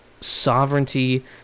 sovereignty